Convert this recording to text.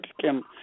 Kim